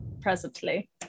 presently